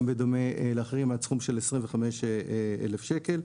גם בדומה לאחרים עד סכום של 25,000 שקל,